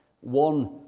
one